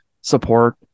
support